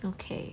okay